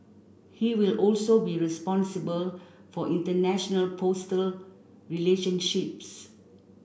he will also be responsible for international postal relationships